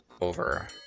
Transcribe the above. over